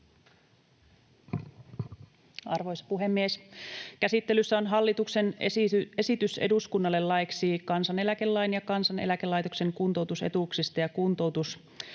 Arvoisa puhemies! Käsittelyssä on hallituksen esitys eduskunnalle laeiksi kansaneläkelain ja Kansaneläkelaitoksen kuntoutusetuuksista ja kuntoutusrahaetuuksista